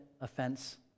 offense